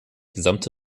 gesamte